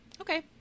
Okay